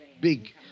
big